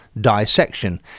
Dissection